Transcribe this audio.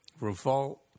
Revolt